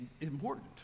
important